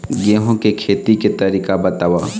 गेहूं के खेती के तरीका बताव?